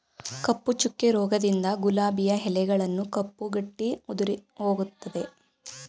ಕಪ್ಪು ಚುಕ್ಕೆ ರೋಗದಿಂದ ಗುಲಾಬಿಯ ಎಲೆಗಳು ಕಪ್ಪು ಗಟ್ಟಿ ಉದುರಿಹೋಗುತ್ತದೆ